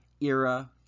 era